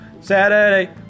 Saturday